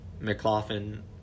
McLaughlin